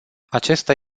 acesta